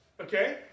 Okay